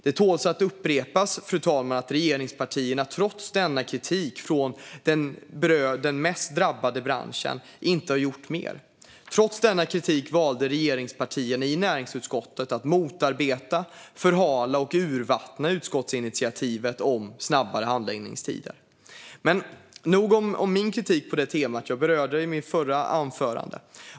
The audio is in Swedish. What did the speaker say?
Det tål att upprepas att regeringspartierna trots denna kritik från den mest drabbade branschen inte har gjort mer. Trots denna kritik valde regeringspartierna i näringsutskottet att motarbeta, förhala och urvattna utskottsinitiativet om snabbare handläggningstider. Men nog om min kritik på det temat; jag berörde den i mitt förra anförande.